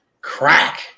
Crack